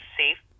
safe